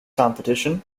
competition